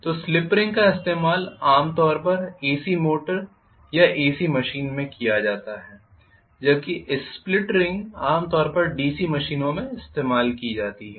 तो slip ring का इस्तेमाल आमतौर पर एसी मोटर या एसी मशीन में किया जाता है जबकि स्प्लिट रिंग आमतौर पर डीसी मशीन में इस्तेमाल की जाती हैं